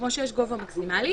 כמו שיש גובה מקסימלי.